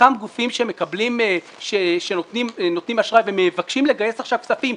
אותם גופים שנותנים אשראי ומבקשים לגייס עכשיו כספים,